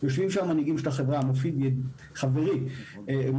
יושבים בכנסת חברים מהעדה הדרוזית,